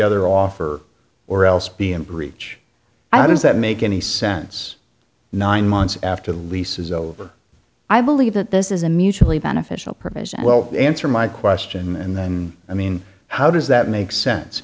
other offer or else be in breach items that make any sense nine months after the lease is over i believe that this is a mutually beneficial provision well answer my question and then i mean how does that make sense